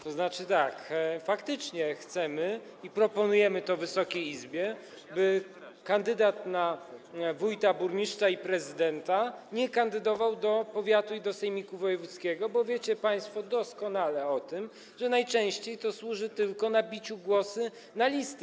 To znaczy tak: faktycznie chcemy i proponujemy to Wysokiej Izbie, by kandydat na wójta, burmistrza i prezydenta nie kandydował do powiatu i do sejmiku wojewódzkiego, bo wiecie państwo doskonale o tym, że najczęściej to służy tylko nabiciu głosów na listy.